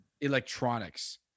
electronics